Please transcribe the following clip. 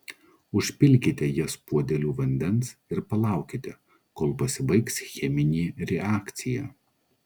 užpilkite jas puodeliu vandens ir palaukite kol pasibaigs cheminė reakcija